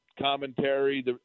commentary